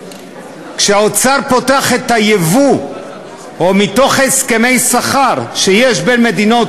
ההצעה ההגיונית ביותר שיש למי שאוהב את מדינת